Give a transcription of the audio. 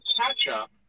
catch-up